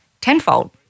tenfold